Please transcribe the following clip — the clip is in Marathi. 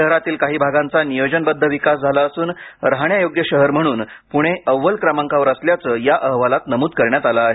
शहरातील काही भागांचा नियोजनबद्ध विकास झाला असून राहण्यायोग्य शहर म्हणून प्णे अव्वल क्रमांकावर असल्याचं या अहवालात नमूद करण्यात आलं आहे